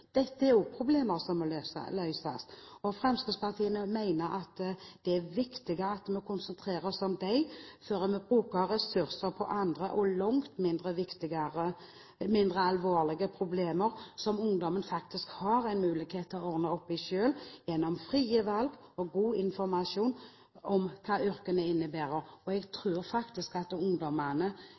Dette er også problemer som må løses. Fremskrittspartiet mener det er viktigere at vi konsentrerer oss om disse før vi bruker ressurser på andre og langt mindre alvorlige problemer som ungdommene faktisk har en mulighet til å ordne opp i selv, gjennom frie valg og god informasjon om hva yrkene innebærer. Jeg tror faktisk ungdommene